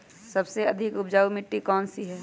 सबसे अधिक उपजाऊ मिट्टी कौन सी हैं?